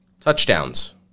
Touchdowns